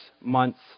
months